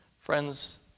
Friends